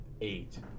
Eight